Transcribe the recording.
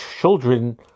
children